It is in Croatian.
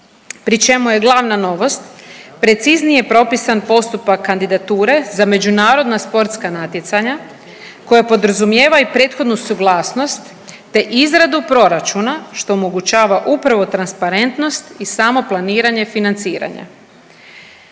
pri čemu je glavna novost preciznije propisan postupak kandidature za međunarodna sportska natjecanja koja podrazumijeva i prethodnu suglasnost, te izradu proračuna što omogućava upravo transparentnost i samo planiranje financiranja.